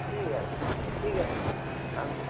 ঠিক আছে ঠিক আছে আমি